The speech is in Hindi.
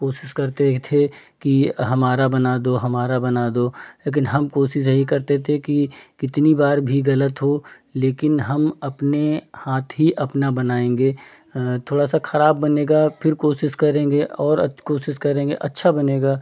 कोशिश करते ही थे कि हमारा बना दो हमारा बना दो लेकिन हम कोशिश यही करते थे कि कितनी बार भी गलत हो लेकिन हम अपने हाथ ही अपना बनाएँगे थोड़ा सा खराब बनेगा फिर कोशिश करेंगे और कोशिश करेंगे अच्छा बनेगा